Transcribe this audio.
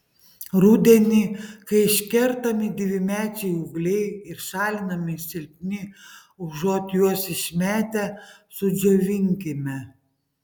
rudenį kai iškertami dvimečiai ūgliai ir šalinami silpni užuot juos išmetę sudžiovinkime